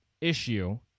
issue